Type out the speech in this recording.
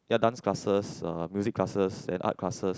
ya dance classes uh music classes and art classes